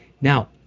now